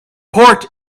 port